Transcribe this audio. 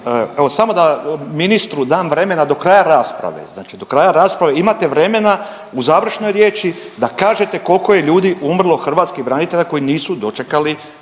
do kraja rasprave, znači do kraja rasprave imate vremena u završnoj riječi da kažete kolko je ljudi umrlo, hrvatskih branitelja koji nisu dočekali